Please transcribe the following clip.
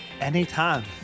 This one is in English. Anytime